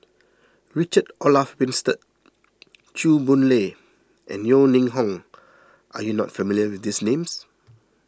Richard Olaf Winstedt Chew Boon Lay and Yeo Ning Hong are you not familiar with these names